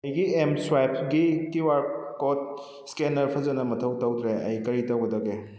ꯑꯩꯒꯤ ꯑꯦꯝꯁ꯭ꯋꯥꯏꯞꯒꯤ Q R code scanner ꯐꯖꯅ ꯃꯊꯧ ꯇꯧꯗ꯭ꯔꯦ ꯑꯩ ꯀꯔꯤ ꯇꯧꯒꯗꯒꯦ